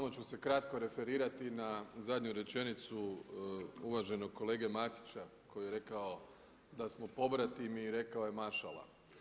Samo ću se kratko referirati na zadnju rečenicu uvaženog kolege Matića koji je rekao da smo pobratimi i rekao je mašala.